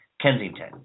Kensington